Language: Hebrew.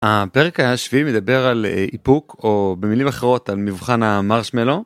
הפרק השביעי מדבר על איפוק, או במילים אחרות על מבחן המרשמלו.